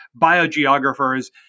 biogeographers